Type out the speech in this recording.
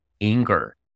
anger